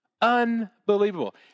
Unbelievable